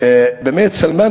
סלמאן,